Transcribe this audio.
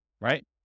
right